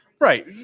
right